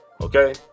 Okay